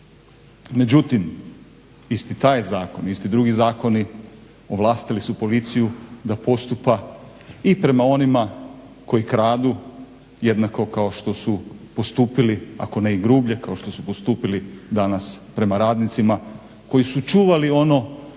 Međutim, isti taj zakon, isti drugi zakoni ovlastili su policiju da postupa i prema onima koji kradu jednako kao što su postupili ako ne i grublje kao što su postupili danas prema radnicima koji su čuvali ono